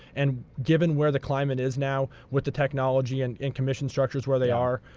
and given where the climate is now, with the technology and and commission structures where they are,